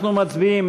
אנחנו מצביעים,